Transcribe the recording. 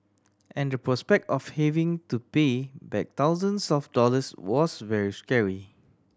and the prospect of having to pay back thousands of dollars was very scary